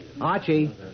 Archie